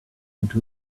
into